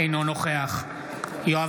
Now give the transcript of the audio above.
אינו נוכח יואב